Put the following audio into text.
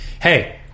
hey